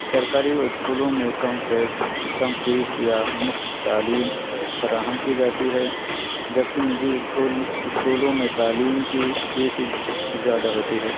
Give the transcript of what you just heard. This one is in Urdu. سرکاری اسکولوں میں کم فیس کم فیس یا مفت تعلیم فراہم کی جاتی ہے جبکہ نجی اسکول اسکولوں میں تعلیم کی فیس زیادہ ہوتی ہے